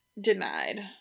denied